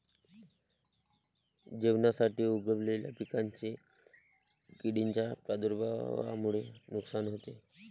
जेवणासाठी उगवलेल्या पिकांचेही किडींच्या प्रादुर्भावामुळे नुकसान होते